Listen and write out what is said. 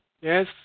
Yes